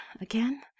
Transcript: again